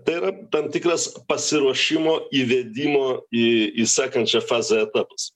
tai yra tam tikras pasiruošimo įvedimo į į sekančią fazę etapas